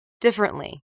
differently